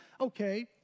okay